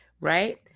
Right